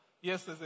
Yes